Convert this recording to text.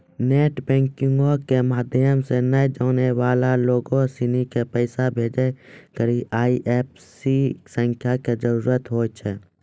net बैंकिंगो के माध्यमो से नै जानै बाला लोगो सिनी के पैसा भेजै घड़ि आई.एफ.एस.सी संख्या के जरूरत होय छै